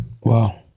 Wow